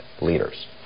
leaders